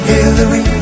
Hillary